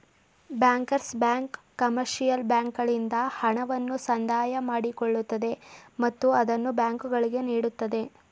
bankers bank commercial ಬ್ಯಾಂಕ್ಗಳಿಂದ ಹಣವನ್ನು ಸಂದಾಯ ಮಾಡಿಕೊಳ್ಳುತ್ತದೆ ಮತ್ತು ಅದನ್ನು ಬ್ಯಾಂಕುಗಳಿಗೆ ನೀಡುತ್ತದೆ